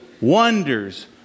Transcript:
wonders